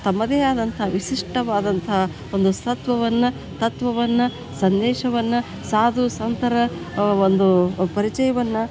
ತಮ್ಮದೇ ಆದಂಥ ವಿಶಿಷ್ಟವಾದಂಥ ಒಂದು ಸತ್ವವನ್ನು ತತ್ವವನ್ನು ಸಂದೇಶವನ್ನು ಸಾಧು ಸಂತರ ಒಂದು ಪರಿಚಯವನ್ನು